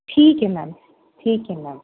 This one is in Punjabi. ਠੀਕੇ ਹੈ ਮੈਮ ਠੀਕ ਹੈ ਮੈਮ